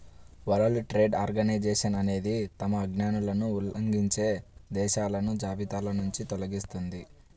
world trade organization అనేది తమ ఆజ్ఞలను ఉల్లంఘించే దేశాలను జాబితానుంచి తొలగిస్తుంది